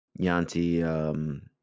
Yanti